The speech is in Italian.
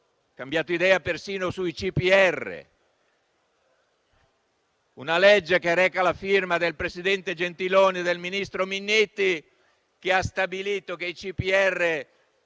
cambiato idea persino sui CPR. Una legge, che reca la firma del presidente Gentiloni e del ministro Minniti, stabiliva che i CPR